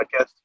Podcast